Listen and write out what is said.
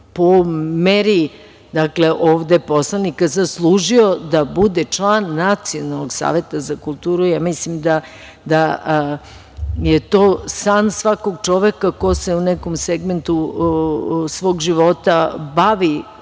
dakle ovde poslanika, zaslužio da bude član Nacionalnog saveta za kulturu. Ja mislim da je to san svakog čoveka, koji se u nekom segmentu svog života bavi